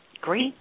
Great